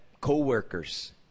co-workers